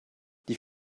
die